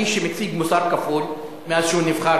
האיש שמציג מוסר כפול מאז נבחר,